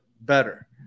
better